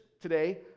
today